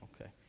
okay